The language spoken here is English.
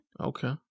Okay